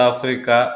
Africa